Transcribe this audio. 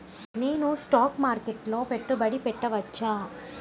నేను స్టాక్ మార్కెట్లో పెట్టుబడి పెట్టవచ్చా?